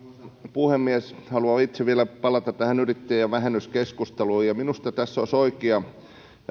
puhemies haluan itse vielä palata tähän yrittäjävähennyskeskusteluun minusta tässä olisi oikea